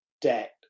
debt